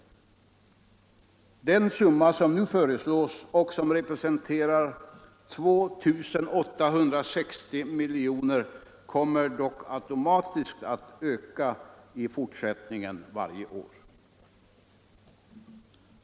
Den summa som nu föreslås och som representerar 2 860 miljoner kommer dock automatiskt att öka i fortsättningen varje år.